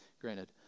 granted